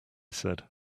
said